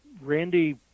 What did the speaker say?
Randy